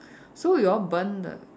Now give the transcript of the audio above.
so you all burn the